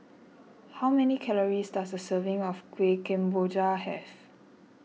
how many calories does a serving of Kueh Kemboja have